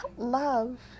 Love